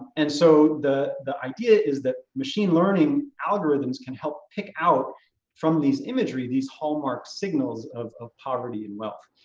and so the the idea is that machine learning algorithms can help pick out from these imagery, these hallmark signals of of poverty and wealth.